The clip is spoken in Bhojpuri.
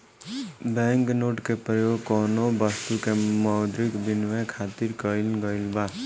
बैंक नोट के परयोग कौनो बस्तु के मौद्रिक बिनिमय खातिर कईल गइल बा